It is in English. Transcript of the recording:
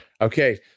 Okay